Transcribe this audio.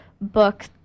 book